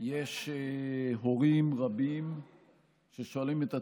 יש הורים רבים ששואלים את עצמם: